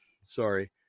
sorry